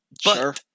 Sure